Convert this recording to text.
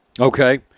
Okay